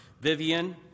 Vivian